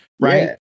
right